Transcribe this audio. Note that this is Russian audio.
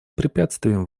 препятствием